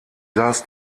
saß